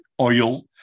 oil